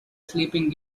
sleeping